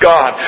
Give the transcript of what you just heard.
God